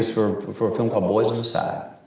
was for for a film called boys on the side.